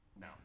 No